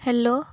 hello